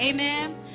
Amen